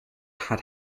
had